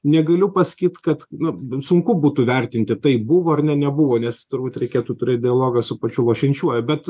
negaliu pasakyt kad na sunku būtų vertinti tai buvo ar ne nebuvo nes turbūt reikėtų turėt dialogą su pačiu lošiančiuoju bet